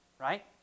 right